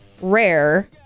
rare